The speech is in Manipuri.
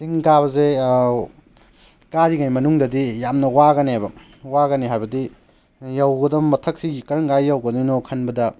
ꯆꯤꯡ ꯀꯥꯕꯁꯦ ꯀꯥꯔꯤꯉꯩ ꯃꯅꯨꯡꯗꯗꯤ ꯌꯥꯝꯅ ꯋꯥꯒꯅꯦꯕ ꯋꯥꯒꯅꯤ ꯍꯥꯏꯕꯗꯤ ꯌꯧꯒꯗꯕ ꯃꯊꯛꯁꯤ ꯀꯔꯝ ꯀꯥꯟꯗ ꯌꯧꯒꯗꯣꯏꯅꯣ ꯈꯟꯕꯗ